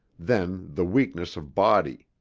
then the weakness of body.